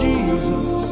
Jesus